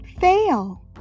Fail